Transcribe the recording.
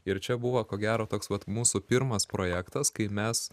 ir čia buvo ko gero toks vat mūsų pirmas projektas kai mes